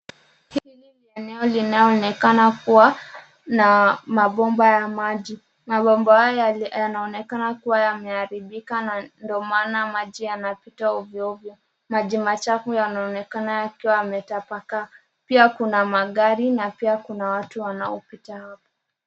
Hili ni eneo linaloonekana kuwa na mabomba ya maji. Mabomba haya yanaonekana kuwa yameharibika na ndio maana maji yanapita ovyo ovyo. Maji machafu yanaonekana yakiwa yametapakaa. Pia kuna magari na pia kuna watu wanaopita hapo.